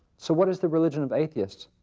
so what is the religion of atheists?